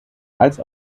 als